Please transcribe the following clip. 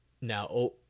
now